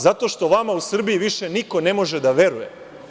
Zato što vama u Srbiji više niko ne može da veruje.